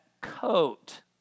coat